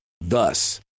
thus